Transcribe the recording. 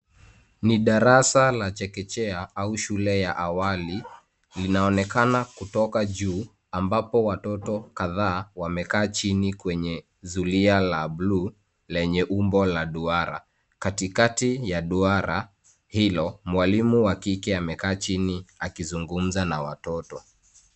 Ni darasa la chekechea au shule ya awali, linaonekana kutoka juu, ambapo watoto kadhaa wamekaa chini kwenye zulia la buluu lenye umbo la duara. Katikati ya duara hilo, mwalimu wa kike amekaa chini akizungumza na watoto.